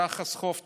יחס חוב תוצר,